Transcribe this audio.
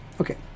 Okay